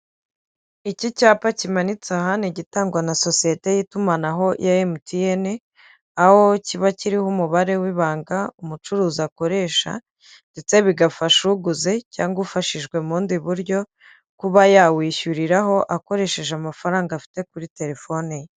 Iki cyapa kimanitse aha ni igitangwa na sosiyete y'itumanaho ya MTN, aho kiba kiriho umubare w'ibanga umucuruzi akoresha ndetse bigafasha uguze cyangwa ufashijwe mu bundi buryo, kuba yawishyuriraho akoresheje amafaranga afite kuri telefone ye.